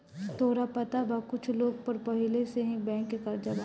तोहरा पता बा कुछ लोग पर पहिले से ही बैंक के कर्जा बा